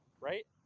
right